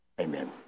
Amen